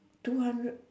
two hundred